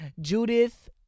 Judith